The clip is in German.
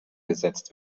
gesetzt